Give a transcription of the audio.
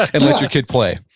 and let your kid play